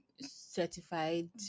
certified